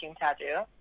tattoo